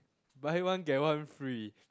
buy one get one free